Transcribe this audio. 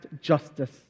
justice